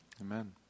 Amen